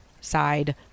side